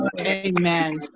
Amen